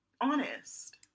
honest